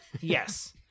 Yes